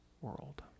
world